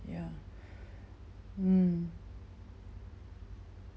ya mm